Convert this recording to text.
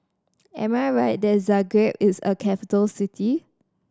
am I right that Zagreb is a capital city